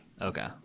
Okay